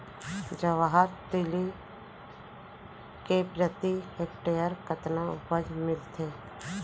जवाहर तिलि के प्रति हेक्टेयर कतना उपज मिलथे?